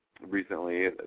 recently